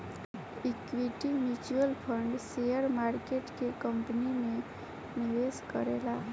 equity mutual fund share market के company में निवेश करेला